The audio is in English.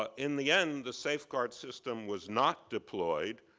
ah in the end, the safeguard system was not deployed.